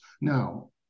Now